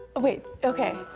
wait. ok.